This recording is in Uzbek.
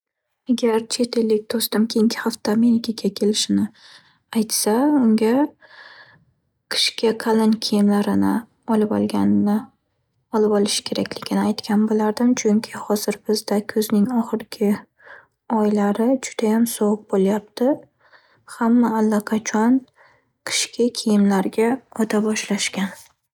Agar chet ellik do'stim menikiga keyinki hafta kelishini aytsa, unga qishki qalin kiyimlarini olib olganini-olib olishi kerakligini aytgan bo'lardim. Chunki, hozir bizda kuzning oxirgi oylari judayam sovuq bo'lyapti. Hamma allaqachon qishki kiyimlarga o'ta boshlashgan.